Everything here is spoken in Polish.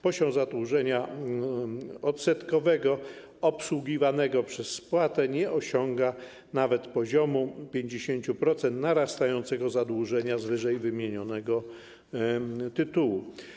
Poziom zadłużenia odsetkowego obsługiwanego przez spłatę nie osiąga nawet poziomu 50% narastającego zadłużenia z wyżej wymienionego tytułu.